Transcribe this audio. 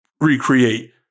recreate